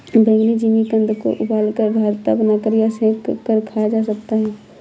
बैंगनी जिमीकंद को उबालकर, भरता बनाकर या सेंक कर खाया जा सकता है